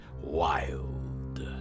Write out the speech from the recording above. wild